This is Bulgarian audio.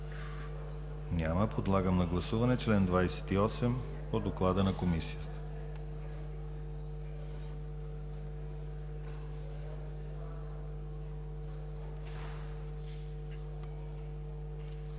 Няма Подлагам на гласуване чл. 28 по доклада на Комисията.